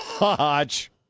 watch